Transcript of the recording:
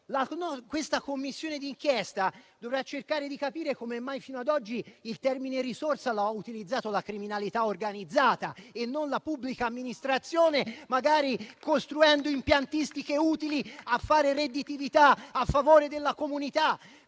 questa Commissione di inchiesta dovrà cercare di capire come mai fino ad oggi il termine "risorsa" l'abbia utilizzato la criminalità organizzata e non la pubblica amministrazione, magari costruendo impiantistiche utili a fare redditività a favore della comunità.